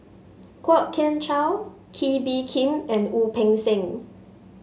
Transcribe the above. Kwok Kian Chow Kee Bee Khim and Wu Peng Seng